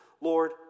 Lord